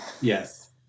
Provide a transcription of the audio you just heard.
Yes